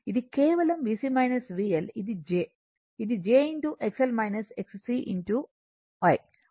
ఇది కేవలం VC VL ఇది j ఇది j I ఉంటుంది